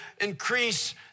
increase